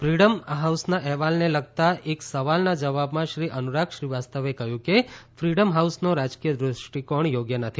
ફીડમ હાઉસના અહેવાલને લગતા એક સવાલના જબાવ પર શ્રી અનુરાગ શ્રીવાસ્તવે કહ્યું કે ફીડમ હાઉસનો રાજકીય દૃષ્ટિકોણ યોગ્ય નથી